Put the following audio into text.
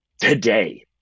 today